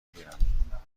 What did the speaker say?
گیرم